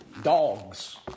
Dogs